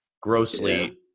grossly